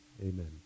Amen